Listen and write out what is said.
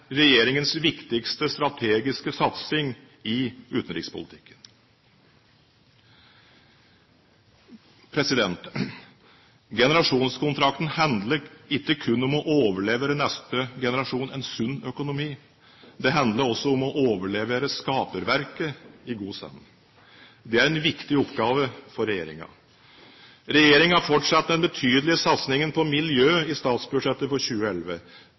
regjeringens viktigste strategiske satsing i utenrikspolitikken. Generasjonskontrakten handler ikke kun om å overlevere neste generasjon en sunn økonomi – det handler også om å overlevere skaperverket i god stand. Det er en viktig oppgave for regjeringen. Regjeringen fortsetter den betydelige satsingen på miljø i statsbudsjettet for 2011,